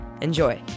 Enjoy